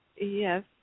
Yes